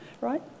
right